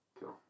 Cool